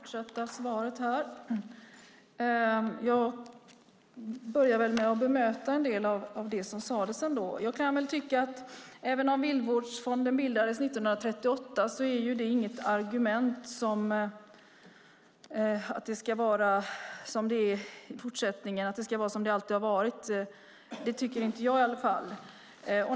Herr talman! Jag börjar med att bemöta en del av det som sades. Att Viltvårdsfonden bildades 1938 är inget argument för att det även i fortsättningen ska vara som det alltid har varit. Det tycker inte jag i alla fall.